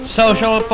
social